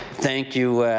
thank you,